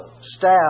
staff